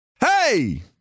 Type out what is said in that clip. Hey